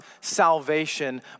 salvation